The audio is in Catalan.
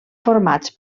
formats